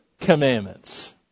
commandments